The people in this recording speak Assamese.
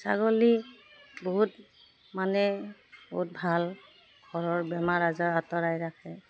ছাগলী বহুত মানে বহুত ভাল ঘৰৰ বেমাৰ আজাৰ আঁতৰাই ৰাখে